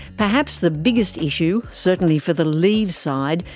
perhaps the biggest issue, certainly for the leave side,